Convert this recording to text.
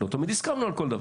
לא תמיד הסכמנו על כל דבר.